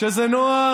כשזה נוח,